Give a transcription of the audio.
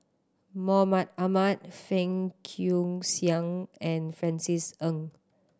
Mahmud Ahmad Fang Guixiang and Francis Ng